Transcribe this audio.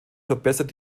verbessern